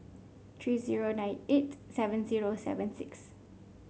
three zero nine eight seven zero seven six